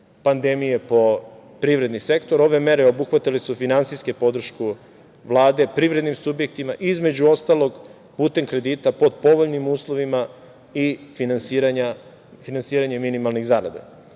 pandemije po privredni sektor. Ove mere obuhvatile su finansijsku podršku Vlade privrednim subjektima, između ostalog putem kredit pod povoljnim uslovima i finansiranja minimalnih zarada. Prema